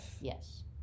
yes